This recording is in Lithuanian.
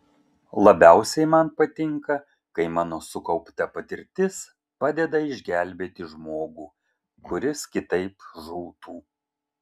labiausiai man patinka kai mano sukaupta patirtis padeda išgelbėti žmogų kuris kitaip žūtų